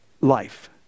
life